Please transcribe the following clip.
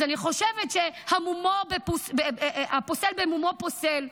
אז אני חושבת שהפוסל במומו פוסל,